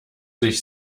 sich